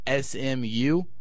SMU